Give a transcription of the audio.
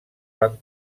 van